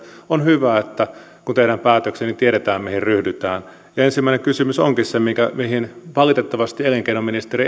on hyvä että tiedetään mihin ryhdytään kun tehdään päätöksiä ensimmäinen kysymys on se mihin valitettavasti elinkeinoministeri